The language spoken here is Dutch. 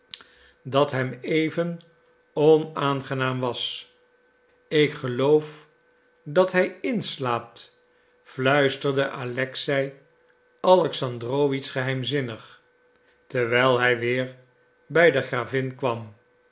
dat hem even onaangenaam was ik geloof dat hij inslaapt fluisterde alexei alexandrowitsch geheimzinnig terwijl hij weer bij de gravin kwam